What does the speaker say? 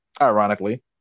Ironically